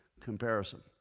comparison